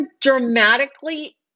dramatically